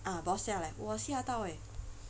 ah boss 下来我吓到呃